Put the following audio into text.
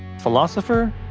philosopher,